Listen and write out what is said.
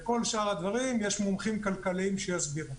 לכל שאר הדברים יש מומחים כלכליים שיסבירו.